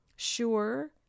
sure